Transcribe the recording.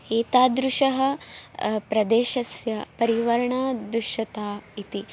एतादृशः प्रदेशस्य पर्यावरणं दुष्टम् इति